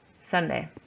Sunday